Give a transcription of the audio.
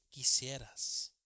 quisieras